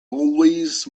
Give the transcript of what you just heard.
always